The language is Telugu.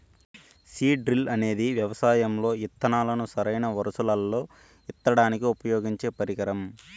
సీడ్ డ్రిల్ అనేది వ్యవసాయం లో ఇత్తనాలను సరైన వరుసలల్లో ఇత్తడానికి ఉపయోగించే పరికరం